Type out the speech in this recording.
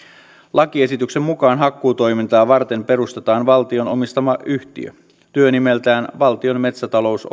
lakiesityksen mukaan hakkuutoimintaa varten perustetaan valtion omistama yhtiö työnimeltään valtion metsätalous